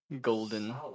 golden